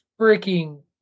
freaking